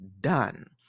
done